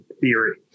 theory